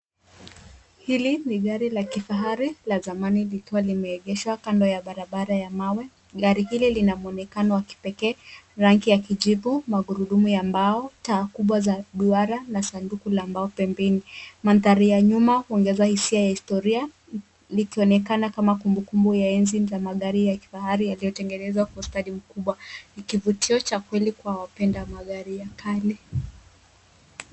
Hili ni gari la kifahari la zamani bitua limiegeshwa kando ya balabara ya mawe. Gari hili linamwonekano wakipeke rangi ya kijivu, magurudumu ya mbao, taa kubwa za dara na sanduku la mbao pembini. Manthari ya nyuma huongeza hisia ya historia. Likionekana kama kumbukumbu ya enzi za magari ya kifahari yaliyotengenezwa kwa ustadi mukubwa. Ni kivutio cha wapenda magari ya kale.